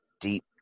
deep